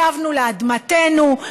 שבנו לאדמתנו,